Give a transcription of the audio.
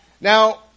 Now